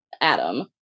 Adam